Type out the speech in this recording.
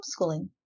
homeschooling